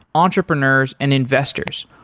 entrepreneurs and investors,